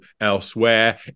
elsewhere